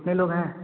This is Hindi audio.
कितने लोग हैं